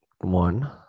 one